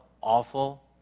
awful